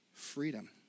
freedom